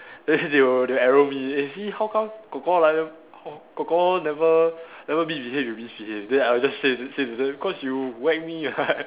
then they will they will arrow me eh see how come kor kor like kor kor never never misbehave you misbehave then I'll just say say to them cause you whack me [what]